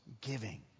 giving